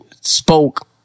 spoke